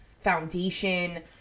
foundation